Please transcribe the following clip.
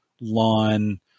lawn